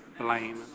blame